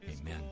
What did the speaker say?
Amen